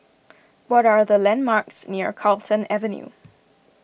what are the landmarks near Carlton Avenue